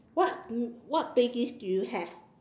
what what playlist do you have